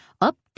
up